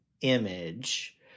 image